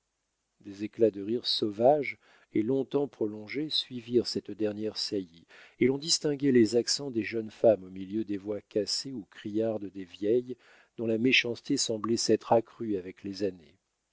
des éclats de rire sauvages et longtemps prolongés suivirent cette dernière saillie et l'on distinguait les accents des jeunes femmes au milieu des voix cassées ou criardes des vieilles dont la méchanceté semblait s'être accrue avec les années